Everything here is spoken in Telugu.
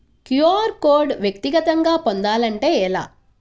క్యూ.అర్ కోడ్ వ్యక్తిగతంగా పొందాలంటే ఎలా?